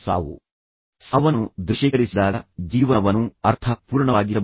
ನೀವು ಸಾವನ್ನು ದೃಶ್ಯೀಕರಿಸಿದಾಗ ನೀವು ಜೀವನವನ್ನು ಹೆಚ್ಚು ಅರ್ಥಪೂರ್ಣವಾಗಿಸಬಹುದು